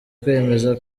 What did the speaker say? kwemeza